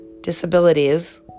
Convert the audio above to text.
disabilities